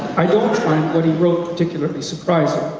i don't find what he wrote particularly surprising,